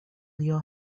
your